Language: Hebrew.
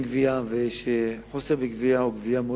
ליקויים חמורים בעבודתן של חברות גבייה פרטיות,